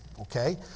Okay